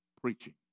preaching